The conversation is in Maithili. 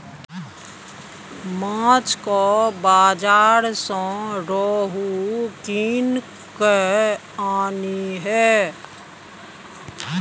माछक बाजार सँ रोहू कीन कय आनिहे